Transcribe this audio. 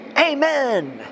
Amen